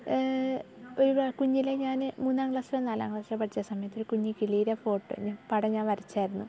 ഒരു കുഞ്ഞിലെ ഞാൻ മൂന്നാം ക്ലാസ്സിലോ നാലാം ക്ലാസ്സിലോ പഠിച്ച സമയത്ത് ഒരു കുഞ്ഞ് കിളീടെ ഫോട്ടോ പടം ഞാൻ വരച്ചായിരുന്നു